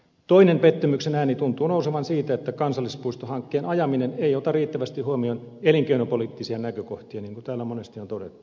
toinen pettymyksen ääni tuntuu nousevan siitä että kansallispuistohankkeen ajaminen ei ota riittävästi huomioon elinkeinopoliittisia näkökohtia niin kuin täällä monesti on todettu